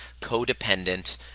codependent